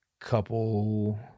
couple